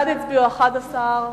בעד הצביעו 11,